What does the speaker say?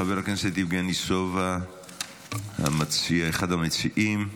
חבר הכנסת יבגני סובה, אחד המציעים,